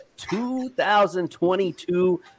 2022